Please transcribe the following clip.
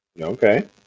Okay